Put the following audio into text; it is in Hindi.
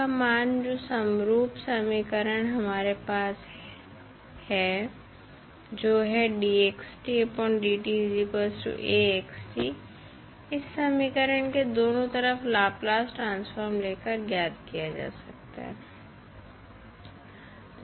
का मान जो समरूप समीकरण हमारे पास है जो है इस समीकरण के दोनों तरफ लाप्लास ट्रांसफॉर्म लेकर ज्ञात किया जा सकता है